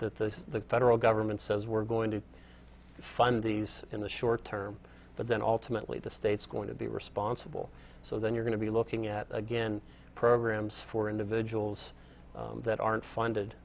that the federal government says we're going to fund these in the short term but then ultimately the state's going to be responsible so then you're going to be looking at again programs for individuals that aren't funded